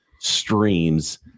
streams